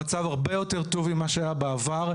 המצב הרבה יותר טוב ממה שהיה בעבר.